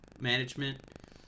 management